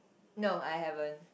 no I haven't